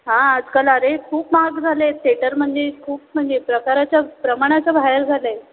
हां आजकाल अरे खूप मार्ग झालं आहे थेटर म्हणजे खूप म्हणजे प्रकाराच्या प्रमाणाच्या बाहेर झालं आहे